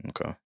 Okay